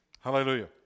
Hallelujah